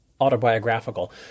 autobiographical